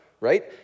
right